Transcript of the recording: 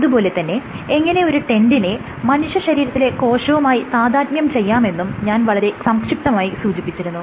അതുപോലെ തന്നെ എങ്ങനെ ഒരു ടെന്റിനെ മനുഷ്യശരീരത്തിലെ കോശവുമായി താദാത്മ്യം ചെയ്യാമെന്നും ഞാൻ വളരെ സംക്ഷിപ്തമായി സൂചിപ്പിച്ചിരുന്നു